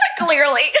Clearly